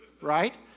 right